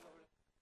26 בנובמבר 2013,